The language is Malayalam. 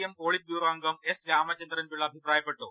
എം പൊളിറ്റ് ബ്യൂറോ അംഗം എസ് രാമചന്ദ്രൻപിള്ള അഭിപ്രായപ്പെട്ടു